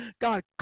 God